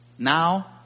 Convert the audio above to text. Now